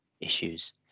issues